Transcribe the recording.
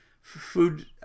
food